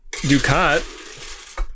Ducat